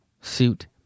suit